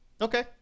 Okay